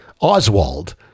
Oswald